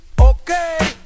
Okay